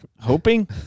Hoping